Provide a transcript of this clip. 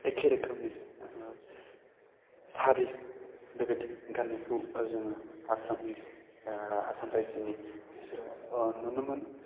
एखे रोखोमनि सारि बेबायदि गान्नायखौ जोङो आसामनि आसाम रायजोनि एसेल' अह नुनो मोन